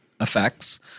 effects